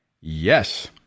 Yes